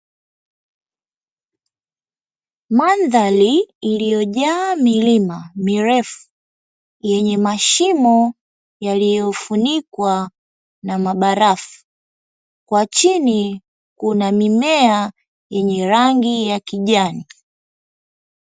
Mandhari iliyojaa milima mirefu, yenye mashimo yaliyofunikwa na mabarafu. Kwa chini kuna mimea yenye rangi ya kijani.